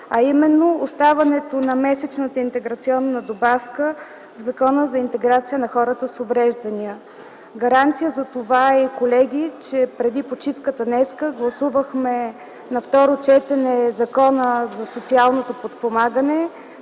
а именно оставането на месечната интеграционна добавка в Закона за интеграция на хората с увреждания. Колеги, гаранция за това е, че преди почивката днес гласувахме на второ четене Закона за социално подпомагане,